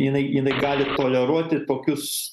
jinai jinai gali toleruoti tokius